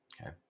Okay